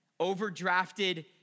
overdrafted